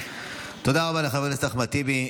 תודה רבה לחבר הכנסת אחמד טיבי.